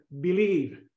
believe